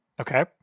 Okay